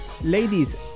ladies